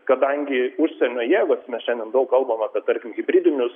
kadangi užsienio jėgos mes šiandien daug kalbam apie tarkim hibridinius